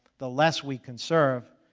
the less we conserve,